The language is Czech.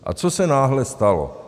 A co se náhle stalo?